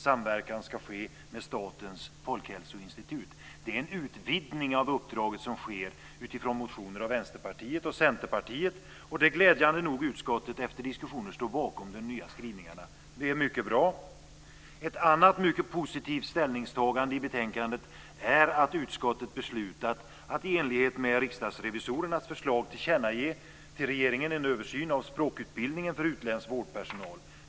Samverkan ska ske med Statens folkhälsoinstitut. Det är en utvidgning av uppdraget som sker utifrån motioner av Vänsterpartiet och Centerpartiet, där glädjande nog utskottet efter diskussioner står bakom de nya skrivningarna. Det är mycket bra! Ett annat mycket positivt ställningstagande i betänkandet är att utskottet beslutat att i enlighet med riksdagsrevisorernas förslag tillkännage till regeringen en översyn av språkutbildningen för utländsk vårdpersonal.